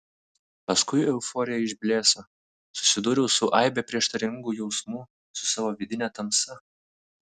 paskui euforija išblėso susidūriau su aibe prieštaringų jausmų su savo vidine tamsa